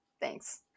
Thanks